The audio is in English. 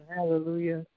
Hallelujah